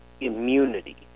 immunity